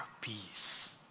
peace